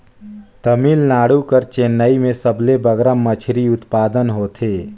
तमिलनाडु कर चेन्नई में सबले बगरा मछरी उत्पादन होथे